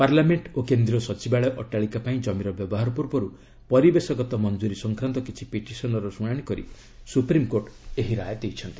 parliament ଓ କେନ୍ଦ୍ରୀୟ ସଚିବାଳୟ ଅଟ୍ଟାଳିକା ପାଇଁ ଜମିର ବ୍ୟବହାର ପୂର୍ବରୁ ପରିବେଶଗତ ମଞ୍ଜରୀ ସଂକ୍ରାନ୍ତ କିଛି ପିଟିସନ୍ର ଶୁଣାଣି କରି ସୁପ୍ରିମକୋର୍ଟ ଏହି ରାୟ ଦେଇଛନ୍ତି